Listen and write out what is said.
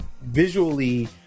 visually